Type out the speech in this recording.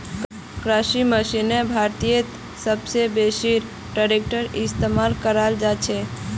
कृषि मशीनरीत भारतत सब स बेसी ट्रेक्टरेर इस्तेमाल कराल जाछेक